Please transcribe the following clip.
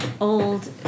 old